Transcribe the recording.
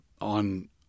on